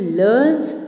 learns